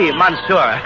monsieur